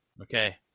Okay